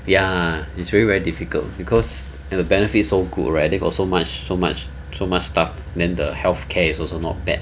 ya it's very very difficult because and the benefits so good right they so much so much so much stuff then the healthcare is also not bad